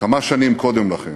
כמה שנים קודם לכן,